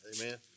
Amen